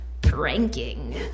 pranking